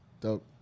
Dope